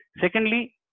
Secondly